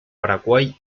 paraguay